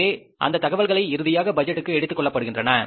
எனவே அந்த தகவல்கள் இறுதியாக பட்ஜெட்டுக்கு எடுத்துக் கொள்ளப்படுகின்றன